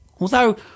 although